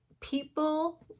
people